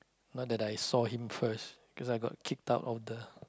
not that I saw him first cause I got kicked out of the